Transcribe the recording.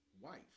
wife